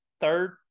third